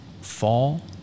fall